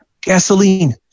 Gasoline